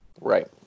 Right